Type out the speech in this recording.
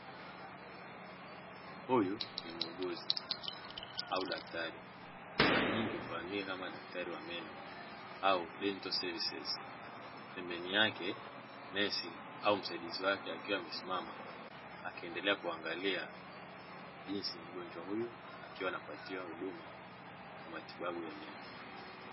Sayansi ya haidroponi hii ni tekinologia inayo husisha ukuaji wa mimea bila kutegemea udongo. Njia hii inategemea uchanganyaji wa virutubisho pamoja na maji. vinavyo pitishwa katika bomba maarumu aina ya ''pvc''.